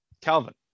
Calvin